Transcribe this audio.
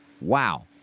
Wow